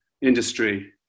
industry